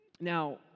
Now